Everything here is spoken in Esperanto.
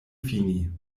fini